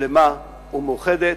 שלמה ומורחבת.